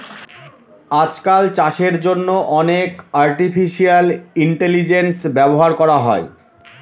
আজকাল চাষের জন্য অনেক আর্টিফিশিয়াল ইন্টেলিজেন্স ব্যবহার করা হয়